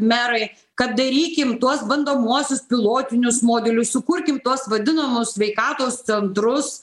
merai kad darykim tuos bandomuosius pilotinius modelius sukurkim tuos vadinamus sveikatos centrus